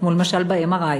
כמו למשל ב-MRI,